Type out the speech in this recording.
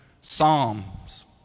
Psalms